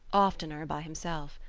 oftener by himself.